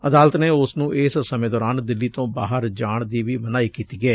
ਅਦਾਲਤ ਨੇ ਉਸ ਨੂੰ ਇਸ ਸਮੇਂ ਦੌਰਾਨ ਦਿੱਲੀ ਤੋਂ ਬਾਹਰ ਜਾਣ ਦੀ ਵੀ ਮਨਾਹੀ ਕੀਤੀ ਏ